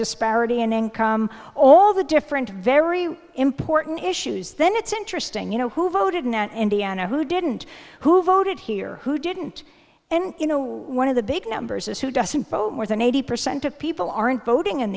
disparity in income all the different very important issues then it's interesting you know who voted in indiana who didn't who voted here who didn't and you know one of the big numbers is who doesn't vote more than eighty percent of people aren't voting